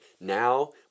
now